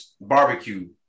barbecue